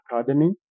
Academy